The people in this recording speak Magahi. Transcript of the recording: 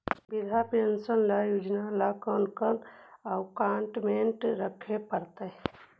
वृद्धा पेंसन योजना ल कोन कोन डाउकमेंट रखे पड़तै?